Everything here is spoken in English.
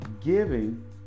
giving